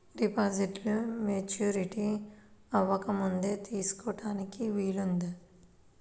డిపాజిట్ను మెచ్యూరిటీ అవ్వకముందే తీసుకోటానికి వీలుందా?